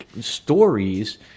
stories